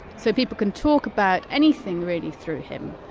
so people can talk about anything really through him,